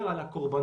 יותר על הקורבנות